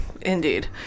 indeed